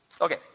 Okay